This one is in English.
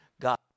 God